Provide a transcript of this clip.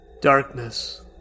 Darkness